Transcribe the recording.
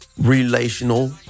relational